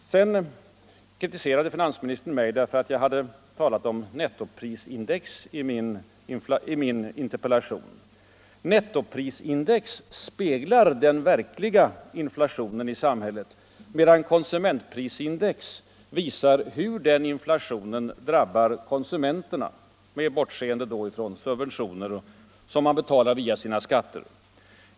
Sedan kritiserade finansministern mig för att jag hade använt nettoprisindex i min interpellation. Nettoprisindex speglar den verkliga inflationen i samhället medan konsumentprisindex visar hur denna inflation drabbar konsumenterna — med bortseende från subventioner som man betalar via sina skatter.